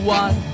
one